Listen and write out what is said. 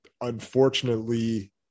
unfortunately